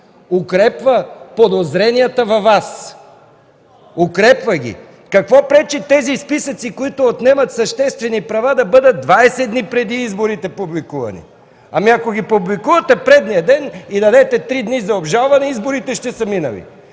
укрепва подозренията във Вас. Укрепва ги! Какво пречи тези списъци, които отнемат съществени права, да бъдат публикувани 20 дни преди изборите? Ако ги публикувате предния ден и дадете три дни за обжалване, изборите ще са минали.